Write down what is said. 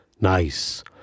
nice